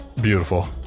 beautiful